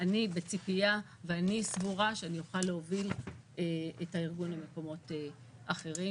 אני בציפייה ואני סבורה שאוכל להוביל את הארגון למקומות אחרים,